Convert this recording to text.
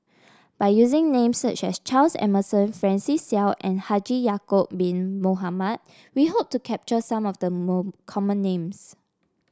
by using names such as Charles Emmerson Francis Seow and Haji Ya'acob Bin Mohamed we hope to capture some of the common names